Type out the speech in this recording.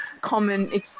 common